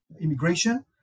immigration